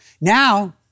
Now